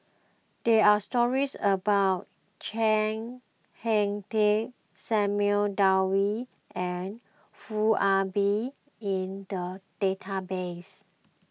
there are stories about Chiang Hai Ding Samuel and Foo Ah Bee in the database